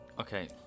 Okay